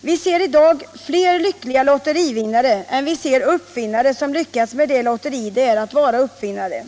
Vi ser i dag fler lyckliga lotterivinnare än vi ser uppfinnare som lyckats med det lotteri det är att vara uppfinnare.